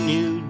New